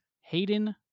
Hayden